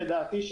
לדעתי,